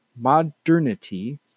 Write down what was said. modernity